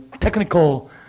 Technical